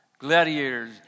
Gladiators